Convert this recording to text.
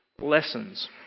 lessons